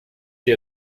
she